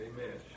Amen